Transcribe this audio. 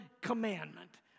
commandment